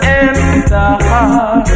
enter